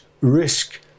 risk